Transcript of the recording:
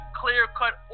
clear-cut